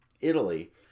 Italy